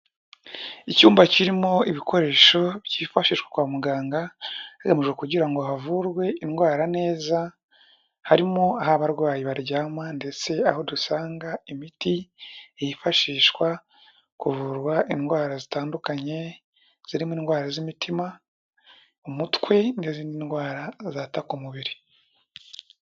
Icyumba kirimo ibikoresho byifashishwa kwa muganga hagamijwe kugira ngo havurwe indwara neza, harimo aho abarwayi baryama ndetse aho dusanga imiti yifashishwa kuvura indwara zitandukanye zirimo indwara z'imitima, umutwe n'izindi ndwara zataka umubiri.